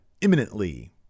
imminently